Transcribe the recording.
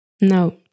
No